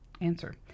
Answer